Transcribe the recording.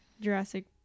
Jurassic